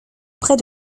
près